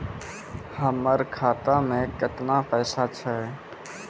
हमर खाता मैं केतना पैसा छह?